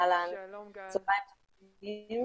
אהלן, צהריים טובים.